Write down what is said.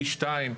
פי שניים.